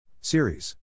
Series